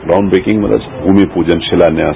ground breaking मतलब भूमि पूजन शिलान्यास